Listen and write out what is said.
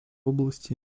области